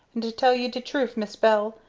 and to tell you de truf mis' bell,